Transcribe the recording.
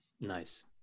Nice